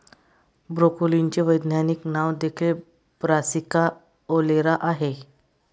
ब्रोकोलीचे वैज्ञानिक नाव देखील ब्रासिका ओलेरा आहे